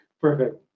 perfect